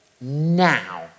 now